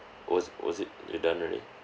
was it was it you're done already